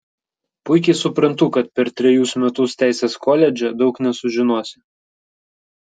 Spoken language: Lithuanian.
puikiai suprantu kad per trejus metus teisės koledže daug nesužinosi